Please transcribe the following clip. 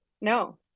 No